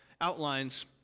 outlines